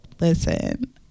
Listen